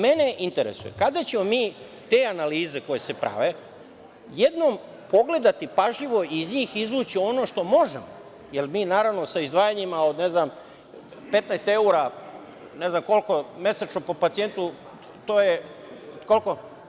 Mene interesuje kada ćemo mi te analize koje se prave, jednom pogledati pažljivo i iz njih izvući ono što možemo jer mi naravno sa izdvajanjima, od ne znam 15 evra, ne znam koliko mesečno po pacijentu, koliko je to?